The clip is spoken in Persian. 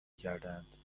کردهاند